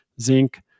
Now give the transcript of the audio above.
zinc